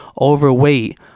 overweight